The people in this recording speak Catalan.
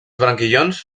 branquillons